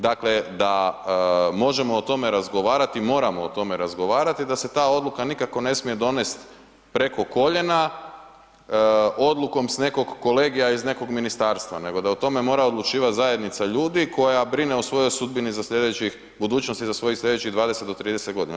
Dakle, da možemo o tome razgovarati i moramo o tome razgovarati i da se ta odluka nikako ne smije donesti preko koljena, odlukom s nekog kolegija iz nekog ministarstva, nego da o tome mora odlučivati zajednica ljudi koja brine o svojoj sudbini za slijedećih, budućnosti za svojih slijedećih 20 do 30 godina.